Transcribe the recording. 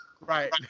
right